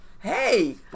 Hey